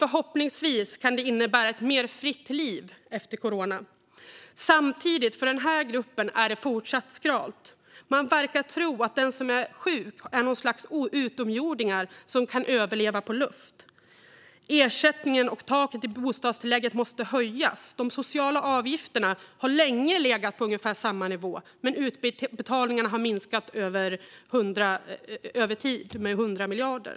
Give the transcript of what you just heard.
Förhoppningsvis kan det innebära ett mer fritt liv efter corona. Samtidigt är det för den här gruppen fortsatt skralt. Man verkar tro att den som är sjuk är något slags utomjording som kan överleva på luft. Ersättningen och taket i bostadstillägget måste höjas. De sociala avgifterna har länge legat på ungefär samma nivå, men utbetalningarna har minskat över tid med 100 miljarder.